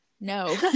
no